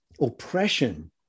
oppression